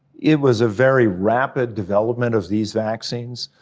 it was a very rapid development of these vaccines.